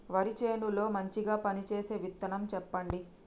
వరి చేను లో మంచిగా పనిచేసే విత్తనం చెప్పండి?